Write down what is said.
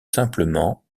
simplement